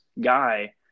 guy